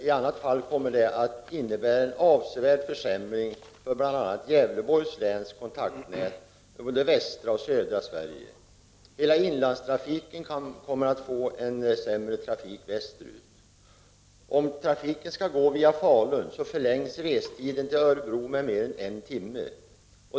I annat fall kommer det att innebära en avsevärd försämring för kontaktnätet i bl.a. Gävleborgs län vad avser förbindelserna med både västra och södra Sverige. Hela inlandstrafiken kommer att få sämre förbindelser västerut. Om trafiken skall gå via Falun förlängs restiden till Örebro med mer än en timme.